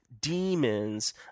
demons